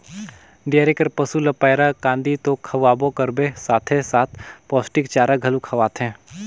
dairy कर पसू ल पैरा, कांदी तो खवाबे करबे साथे साथ पोस्टिक चारा घलो खवाथे